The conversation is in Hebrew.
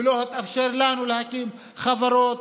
ולא התאפשר לנו להקים חברות,